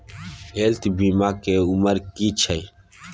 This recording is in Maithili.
हेल्थ बीमा के उमर की छै?